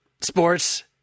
Sports